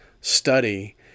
study